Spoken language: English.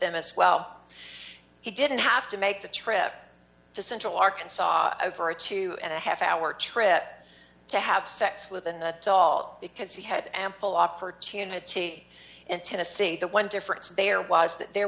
them as well he didn't have to make the trip to central arkansas over a two and a half hour trip to have sex with an adult because he had ample opportunity to see the one difference there was that there